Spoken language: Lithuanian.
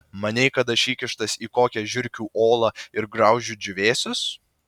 manei kad aš įkištas į kokią žiurkių olą ir graužiu džiūvėsius